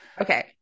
Okay